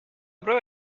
prueba